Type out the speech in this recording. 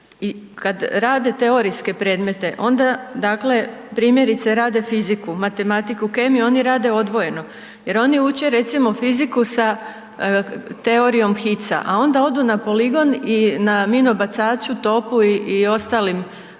kad rade teorijske predmete, onda, dakle, primjerice, rade fiziku, matematiku, kemiju, oni rade odvojeno jer oni uče, recimo, fiziku sa teorijom hica, a onda odu na poligon i na minobacaču, topu i ostalim